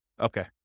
Okay